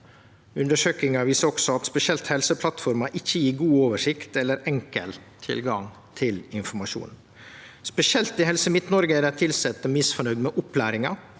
Undersøkinga viser også at spesielt Helseplattforma ikkje gjev god oversikt eller enkel tilgang til informasjon. Spesielt i Helse Midt-Noreg er dei tilsette misfornøgde med opplæringa,